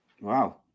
Wow